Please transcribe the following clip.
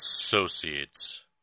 associates